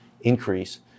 increase